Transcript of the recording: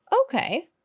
Okay